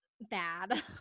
bad